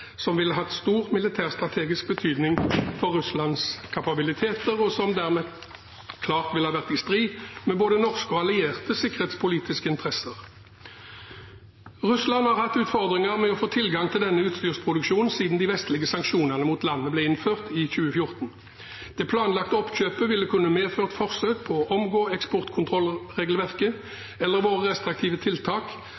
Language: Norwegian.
som ville hatt stor militær strategisk betydning for Russlands kapabiliteter, noe som dermed klart ville ha vært i strid med både norske og allierte sikkerhetspolitiske interesser. Russland har hatt utfordringer med å få tilgang til denne utstyrsproduksjonen siden de vestlige sanksjonene mot landet ble innført i 2014. Det planlagte oppkjøpet ville kunne medført forsøk på å omgå eksportkontrollregelverket